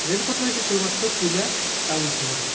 রেলপথ রয়েছে শুধুমাত্র পুরুলিয়া টাউন শহরে